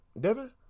Devin